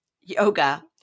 yoga